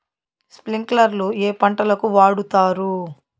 స్ప్రింక్లర్లు ఏ పంటలకు వాడుతారు?